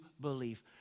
believe